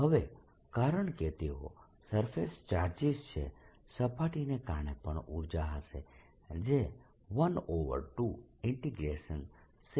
હવે કારણકે તેઓ સરફેસ ચાર્જીસ છે સપાટીને કારણે પણ ઉર્જા હશે જે 121rV1surfacerds થશે